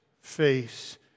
Face